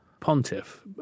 Pontiff